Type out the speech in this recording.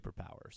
superpowers